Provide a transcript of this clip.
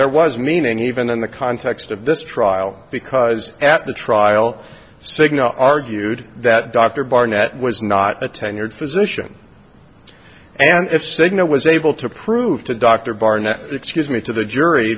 there was meaning even in the context of this trial because at the trial cigna argued that dr barnett was not a tenured physician and if cigna was able to prove to dr barnett excuse me to the jury